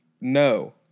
No